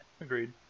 agreed